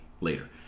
later